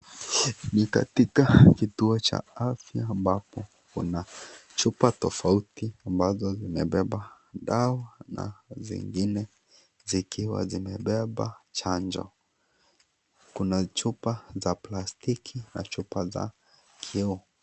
Ni katika kituo cha afya ambapo kuna chupa tofauti ambazo zimebeba dawa na zingine zikiwa zimebeba chanjo. Kuna chupa za plastiki na chupa za kioo.